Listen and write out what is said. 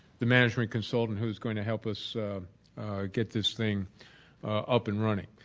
the management consultant who is going to help us get this thing up and running.